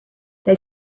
they